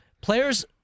players